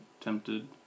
tempted